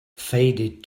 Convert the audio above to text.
faded